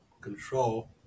control